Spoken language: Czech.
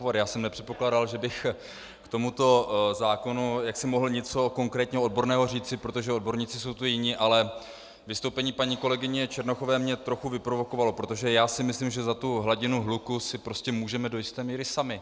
Já jsem nepředpokládal, že bych k tomuto zákonu mohl něco konkrétně odborného říci, protože odborníci jsou tu jiní, ale vystoupení paní kolegyně Černochové mě trochu vyprovokovalo, protože já si myslím, že za hladinu hluku si prostě můžeme do jisté míry sami.